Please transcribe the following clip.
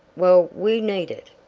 well, we need it.